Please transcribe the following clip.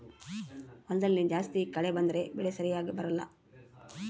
ಹೊಲದಲ್ಲಿ ಜಾಸ್ತಿ ಕಳೆ ಬಂದ್ರೆ ಬೆಳೆ ಸರಿಗ ಬರಲ್ಲ